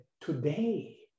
today